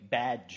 bad